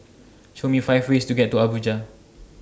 Show Me five ways to get to Abuja